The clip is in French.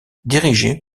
dirigé